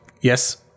Yes